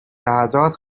لحظات